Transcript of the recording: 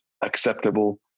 acceptable